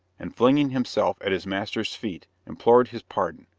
and flinging himself at his master's feet, implored his pardon.